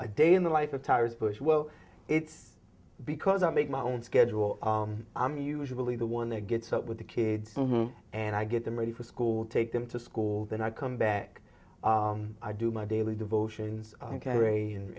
a day in the life of tires bush well it's because i make my own schedule i'm usually the one that gets up with the kids and i get them ready for school take them to school then i come back i do my daily devotion